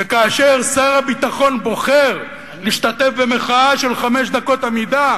וכאשר שר הביטחון בוחר להשתתף במחאה של חמש דקות עמידה,